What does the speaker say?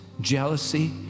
jealousy